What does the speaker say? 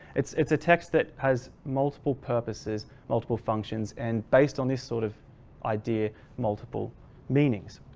it's it's a text that has multiple purposes multiple functions and based on this sort of idea multiple meanings.